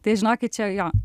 tai žinokit čia jo